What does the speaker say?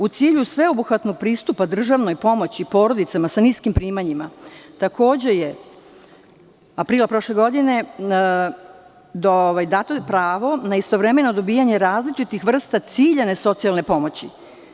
U cilju sveobuhvatnog pristupa državnoj pomoći porodicama sa niskim primanjima, takođe je aprila prošle godine dato pravo na istovremena dobijanja različitih vrsta ciljane socijalne pomoći.